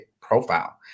profile